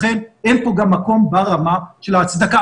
לכן אין פה גם מקום ברמה של ההצדקה.